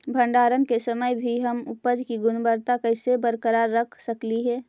भंडारण के समय भी हम उपज की गुणवत्ता कैसे बरकरार रख सकली हे?